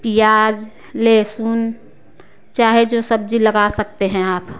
प्याज़ लहसून चाहे जो सब्ज़ी लगा सकते हैं आप